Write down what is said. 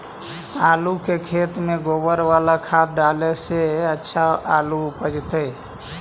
आलु के खेत में गोबर बाला खाद डाले से अच्छा आलु उपजतै?